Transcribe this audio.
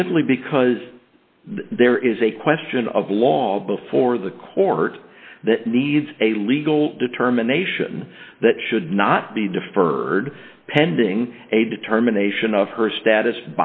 simply because there is a question of law before the court that needs a legal determination that should not be deferred pending a determination of her status